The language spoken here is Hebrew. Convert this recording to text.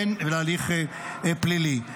והן להליך פלילי?